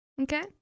Okay